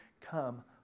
come